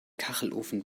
kachelofen